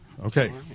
Okay